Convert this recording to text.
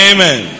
Amen